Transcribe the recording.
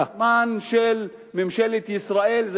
על הזמן של ממשלת ישראל.